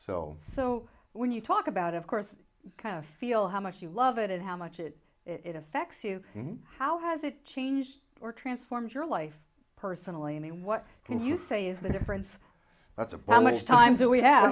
so so when you talk about of course kind of feel how much you love it and how much it it affects you how has it changed or transformed your life personally i mean what can you say is the difference that's upon what time do we have